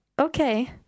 Okay